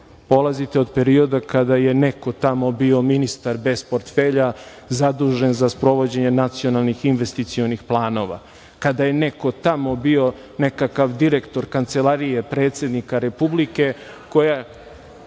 polazite od perioda kada je neko tamo bio ministar bez portfelja zadužen za sprovođenje nacionalnih investicionih planova, kada je neko tamo bio nekakav direktor Kancelarije predsednika Republike koja